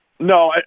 No